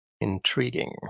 intriguing